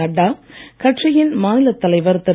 நட்டா கட்சியின் மாநிலத் தலைவர் திரு